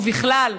ובכלל,